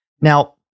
Now